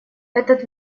этот